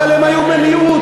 אבל הם היו במיעוט.